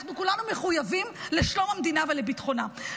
אנחנו כולנו מחויבים לשלום המדינה ולביטחונה.